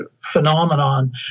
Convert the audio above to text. phenomenon